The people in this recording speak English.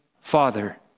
father